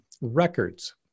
records